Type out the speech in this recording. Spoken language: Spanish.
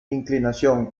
inclinación